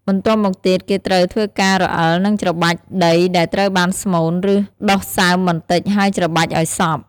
បន្ទាប់មកទៀតគេត្រូវធ្វើការរអិលនិងច្របាច់ដីដែលត្រូវបានស្មូន ឬដុសសើមបន្តិច ហើយច្របាច់ឲ្យសព្វ។